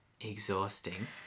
exhausting